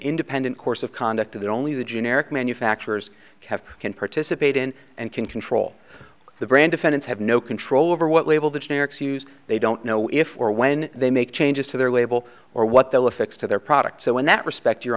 independent course of conduct that only the generic manufacturers have can participate in and can control the brand defendants have no control over what label the generics use they don't know if we're when they make changes to their label or what they'll affix to their product so in that respect your